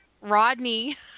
Rodney